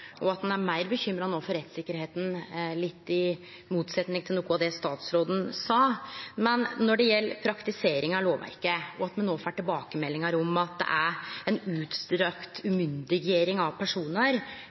og at ein er meir bekymra for rettssikkerheita no – litt i motsetnad til noko av det statsråden sa. Når det gjeld praktisering av lovverket, at me no får tilbakemeldingar om at det er ei utstrekt